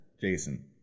Jason